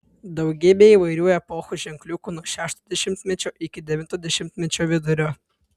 daugybė įvairių epochų ženkliukų nuo šešto dešimtmečio iki devinto dešimtmečio vidurio